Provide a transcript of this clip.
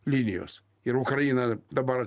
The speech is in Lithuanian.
linijos ir ukraina dabar